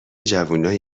جوونای